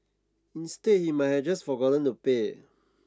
instead he might have just forgotten to pay